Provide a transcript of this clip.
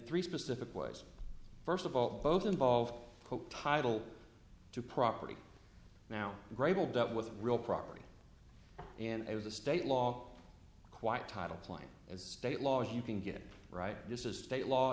three specific ways first of all both involve title to property now grable dealt with real property and it was a state law quite titles line as state law as you can get it right this is state law